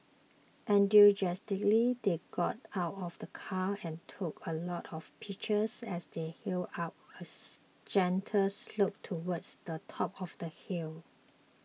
enthusiastically they got out of the car and took a lot of pictures as they hiked up as gentle slope towards the top of the hill